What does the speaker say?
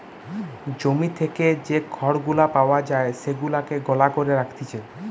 জমি থেকে যে খড় গুলা পাওয়া যায় সেগুলাকে গলা করে রাখতিছে